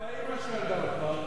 מתי אמא שלך ילדה אותך?